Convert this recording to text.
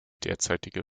derzeitige